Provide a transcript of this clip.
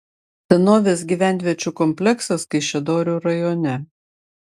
senovės gyvenviečių kompleksas kaišiadorių rajone